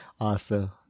Awesome